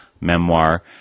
memoir